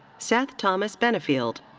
seth thomas benefield.